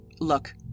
Look